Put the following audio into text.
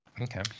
okay